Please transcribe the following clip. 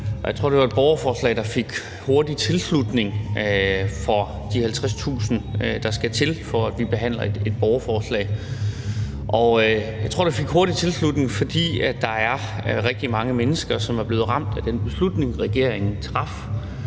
Jeg tror, det var et borgerforslag, der fik hurtig tilslutning fra de 50.000, der skal til, for at vi behandler et borgerforslag, og jeg tror, det fik hurtig tilslutning, fordi der er rigtig mange mennesker, som er blevet ramt af den beslutning, regeringen traf.